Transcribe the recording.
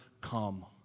come